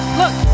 look